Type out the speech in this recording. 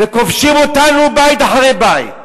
וכובשים אותנו, בית אחרי בית,